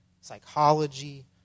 psychology